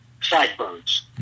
sideburns